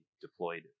deployed